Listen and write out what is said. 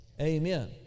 Amen